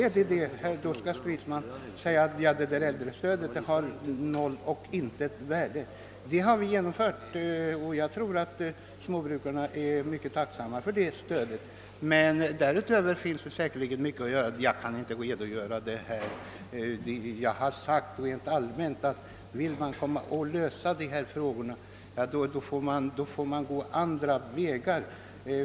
Vill herr Stridsman säga att äldrestödet är av noll och intet värde? Det har vi infört, och jag tror småbrukarna är tacksamma för det stödet. Även därutöver finns det mycket att anföra, men jag kan inte redogöra för allt här. Jag har rent allmänt sagt att om man vill lösa problemen, måste man gå andra vägar.